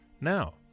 Now